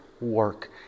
work